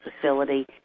facility